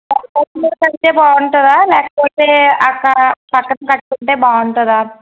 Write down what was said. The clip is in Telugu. టెర్రస్ మీద కడితే బాగుంటుందా లేకపోతే అక్కడ పక్కన కట్టుకుంటే బాగుంటుందా